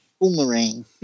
Boomerang